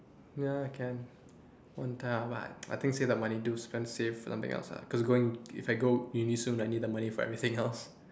ya can I think save the money do spend certain save for something else ah cause going if I go uni soon I need the money for everything else